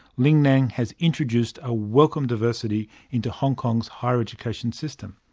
lingnan has introduced a welcome diversity into hong kong's higher education system.